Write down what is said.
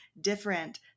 different